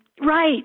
Right